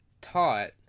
taught